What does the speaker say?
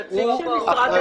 הוא פה.